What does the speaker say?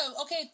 okay